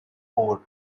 core